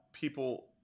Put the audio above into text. people